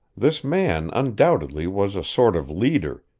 this man, undoubtedly, was a sort of leader,